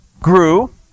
grew